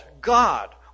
God